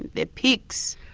their pigs?